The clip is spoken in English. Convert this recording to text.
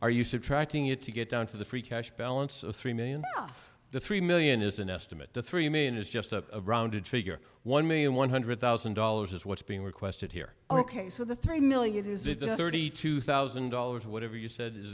are you said tracking it to get down to the free cash balance of three million the three million is an estimate to three million is just a rounded figure one million one hundred thousand dollars is what's being requested here ok so the three million is it the thirty two thousand dollars or whatever you said is